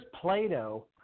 Plato